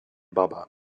baba